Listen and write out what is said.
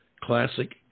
classic